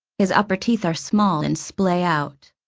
his upper teeth are small and splay out.